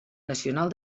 nacional